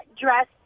dress